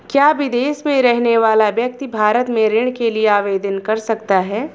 क्या विदेश में रहने वाला व्यक्ति भारत में ऋण के लिए आवेदन कर सकता है?